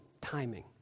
timing